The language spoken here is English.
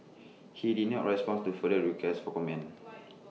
he did not respond to further requests for comment